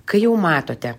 kai jau matote